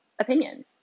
opinions